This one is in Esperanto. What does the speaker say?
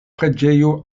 preĝejo